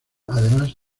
además